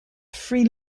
free